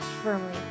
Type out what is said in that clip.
firmly